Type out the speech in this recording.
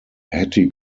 hattie